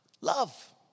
Love